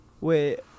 Wait